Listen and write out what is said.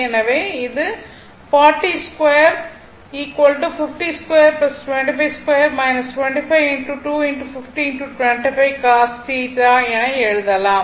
எனவே இது 402 502 252 25 cos θ என எழுதலாம்